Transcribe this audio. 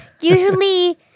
usually